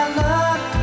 love